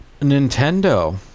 Nintendo